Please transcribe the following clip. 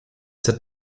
sat